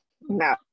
no